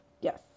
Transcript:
Yes